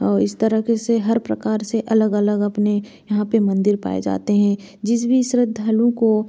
और इस तरह के से हर प्रकार से अलग अलग अपने यहाँ पे मंदिर पाए जाते हैं जिस भी श्रद्धालु को